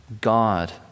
God